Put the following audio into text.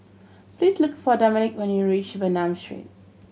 please look for Dominic when you reach Bernam Street